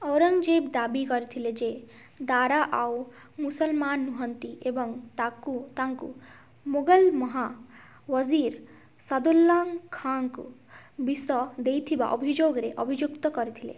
ଔରଙ୍ଗ୍ଜେବ୍ ଦାବି କରିଥିଲେ ଯେ ଦାରା ଆଉ ମୁସଲମାନ ନୁହଁନ୍ତି ଏବଂ ତାକୁ ତାଙ୍କୁ ମୋଗଲ ମହା ୱଜିର୍ ସାଦୁଲ୍ଲା ଖାଁଙ୍କୁବିଷ ଦେଇଥିବା ଅଭିଯୋଗରେ ଅଭିଯୁକ୍ତ କରିଥିଲେ